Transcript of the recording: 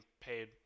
paid